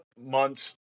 months